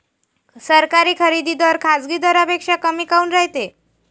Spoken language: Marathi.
सरकारी खरेदी दर खाजगी दरापेक्षा कमी काऊन रायते?